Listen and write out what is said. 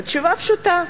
התשובה פשוטה,